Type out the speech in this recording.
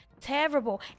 Terrible